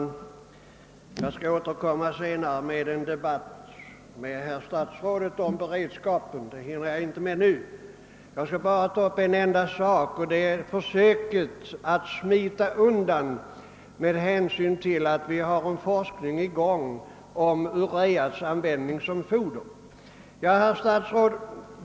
Herr talman! Jag skall ta upp en debatt senare med herr statsrådet om beredskapen, jag hinner inte med det nu. Jag skall ta upp en enda sak, nämligen försöket att smita undan med hänvisning till att det pågår en forskning om ureas användning som foder.